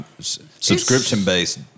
subscription-based